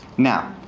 now